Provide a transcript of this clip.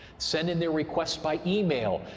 send in their requests by email,